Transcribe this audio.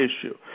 issue